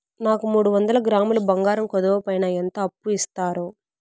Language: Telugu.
నాకు మూడు వందల గ్రాములు బంగారం కుదువు పైన ఎంత అప్పు ఇస్తారు?